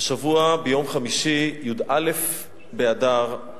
השבוע ביום חמישי, י"א באדר,